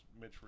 Mitch